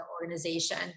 organization